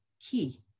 key